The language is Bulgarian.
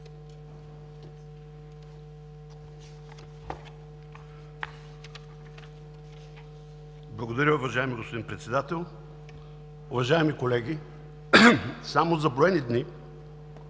Благодаря, уважаеми господин Председател. Уважаеми колеги, само за броени дни